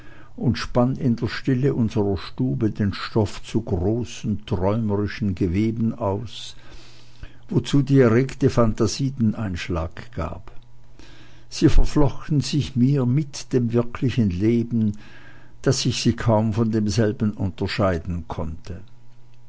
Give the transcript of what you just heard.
und spann in der stille unserer stube den stoff zu grollen träumerischen geweben aus wozu die erregte phantasie den einschlag gab sie verflochten sich mir mit dem wirklichen leben daß ich sie kaum von demselben unterscheiden konnte